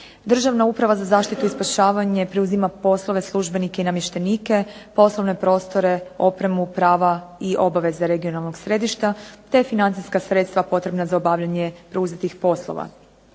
Državna uprava za zaštitu i spašavanje preuzima poslove, službenike i namještenike, poslovne prostore, opremu, prava i obaveze Regionalnog središta, te financijska sredstva potrebna za obavljanje preuzetih poslova.